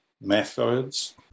methods